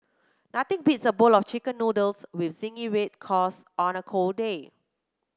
nothing beats a bowl of chicken noodles with zingy red sauce on a cold day